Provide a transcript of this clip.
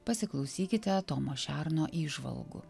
pasiklausykite tomo šerno įžvalgų